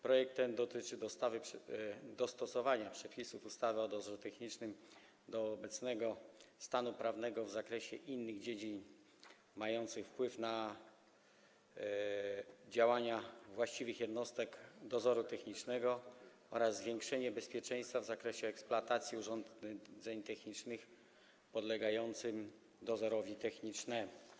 Projekt ten dotyczy dostosowania przepisów ustawy o dozorze technicznym do obecnego stanu prawnego w zakresie innych dziedzin mających wpływ na działania właściwych jednostek dozoru technicznego oraz zwiększenie bezpieczeństwa w zakresie eksploatacji urządzeń technicznych podlegających dozorowi technicznemu.